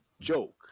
joke